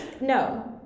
no